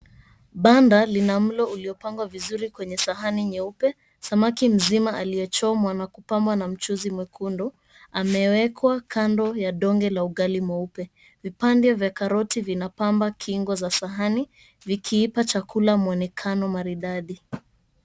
Banda linamlo linalopangwa vizuri kwenye sahani nyeupe. Samaki mzima aliyechomwa na kupambwa na mchuzi mwekundu amewekwa kando ya donge la ugali mweupe. Vipande vya karoti vinapamba kingo za sahani vikiipa chakula mwonekano maridadi.